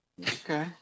Okay